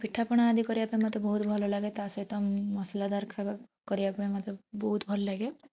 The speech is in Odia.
ପିଠାପଣା ଆଦି କରିବା ପାଇଁ ମୋତେ ବହୁତ ଭଲ ଲାଗେ ତା'ସହିତ ମସଲାଦାର୍ ଖାଇବା କରିବା ପାଇଁ ମୋତେ ବହୁତ ଭଲ ଲାଗେ